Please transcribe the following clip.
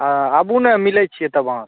हँ आबू ने मिलैत छियै तब अहाँसँ